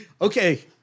okay